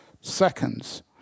seconds